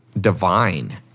divine